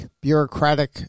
bureaucratic